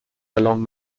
along